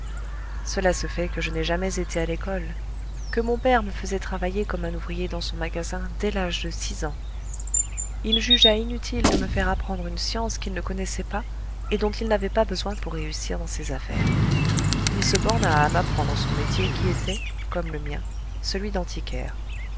cela se fait que je n'ai jamais été à l'école que mon père me faisait travailler comme un ouvrier dans son magasin dès l'âge de six ans il jugea inutile de me faire apprendre une science qu'il ne connaissait pas et dont il n'avait pas besoin pour réussir dans ses affaires il se borna à m'apprendre son métier qui était comme le mien celui d'antiquaire